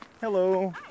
Hello